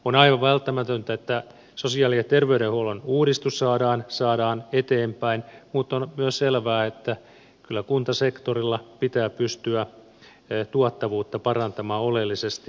on aivan välttämätöntä että sosiaali ja terveydenhuollon uudistus saadaan eteenpäin mutta on myös selvää että kyllä kuntasektorilla pitää pystyä tuottavuutta parantamaan oleellisesti nykyisestään